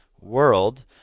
world